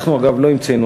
אנחנו, אגב, לא המצאנו.